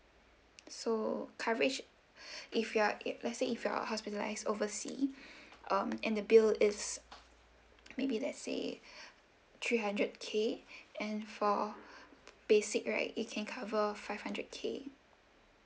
so coverage if you're if let's say if you're hospitalised oversea um and the bill is maybe let's say three hundred K and for basic right it can cover five hundred K